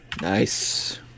Nice